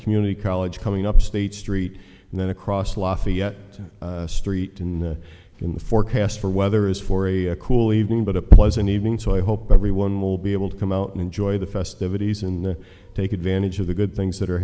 community college coming up state street and then across lafayette street in the in the forecast for weather is for a cool evening but a pleasant evening so i hope everyone will be able to come out and enjoy the festivities and take advantage of the good things that are